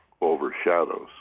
overshadows